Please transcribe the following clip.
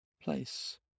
place